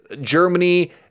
Germany